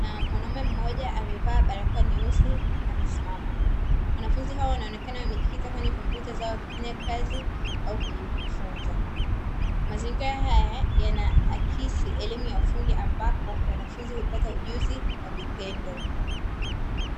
na mwanaume mmoja amevaa barakoa nyeusi amesimama. Wanafunzi hao wanaonekana wamejikita kwenye kompyuta zao wakifanya kazi au kujifunza. Mazingira haya yanaakisi elimu ya ufundi ambapo wanafunzi hupata ujuzi wa vitendo.